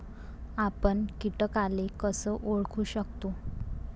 आपन कीटकाले कस ओळखू शकतो?